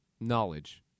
knowledge